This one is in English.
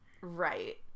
Right